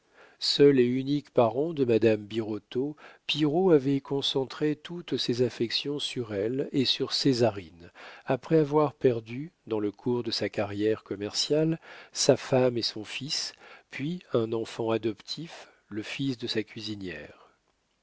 seul et unique parent de madame birotteau pillerault avait concentré toutes ses affections sur elle et sur césarine après avoir perdu dans le cours de sa carrière commerciale sa femme et son fils puis un enfant adoptif le fils de sa cuisinière